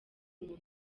umuntu